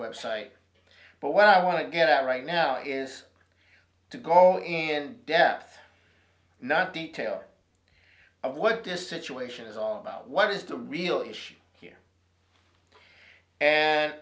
website but what i want to get at right now is to go in and depth not detail of what this situation is all about what is the real issue here